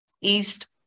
east